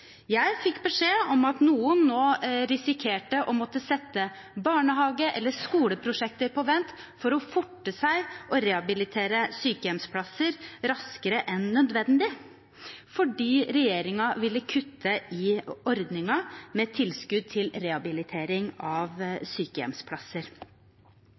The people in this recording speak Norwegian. Jeg fikk beskjed om at noen nå risikerte å måtte sette barnehage- eller skoleprosjekter på vent for å forte seg å rehabilitere sykehjem raskere enn nødvendig, fordi regjeringen ville kutte i ordningen med tilskudd til rehabilitering av